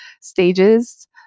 stages